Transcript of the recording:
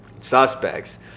suspects